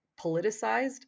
politicized